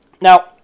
Now